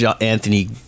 Anthony